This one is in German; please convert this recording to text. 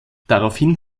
daraufhin